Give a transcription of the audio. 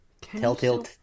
Telltale